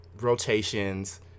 rotations